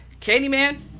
Candyman